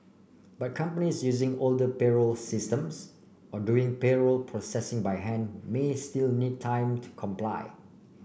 but companies using older payroll systems or doing payroll processing by hand may still need time to comply